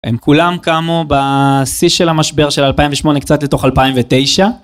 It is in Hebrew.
הם כולם קמו בשיא של המשבר של 2008 קצת לתוך 2009.